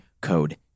code